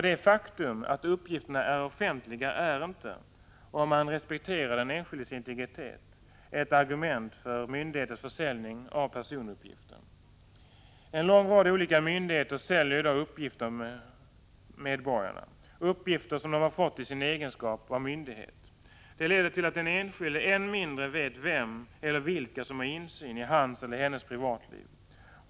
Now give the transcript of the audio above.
Det faktum att uppgifterna är offentliga är inte — om man respekterar den enskildes integritet — ett argument för myndighetens försäljning av personuppgifter. En lång rad olika myndigheter säljer i dag uppgifter om medborgarna, uppgifter som de har fått i sin egenskap av myndigheter. Det leder till att den enskilde än mindre vet vem eller vilka som har insyn i hans eller hennes privatliv.